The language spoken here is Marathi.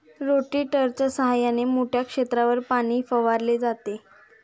रोटेटरच्या सहाय्याने मोठ्या क्षेत्रावर पाणी फवारले जाते